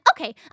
Okay